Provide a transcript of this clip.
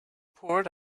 poured